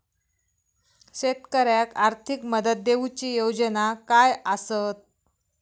शेतकऱ्याक आर्थिक मदत देऊची योजना काय आसत?